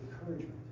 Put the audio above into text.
encouragement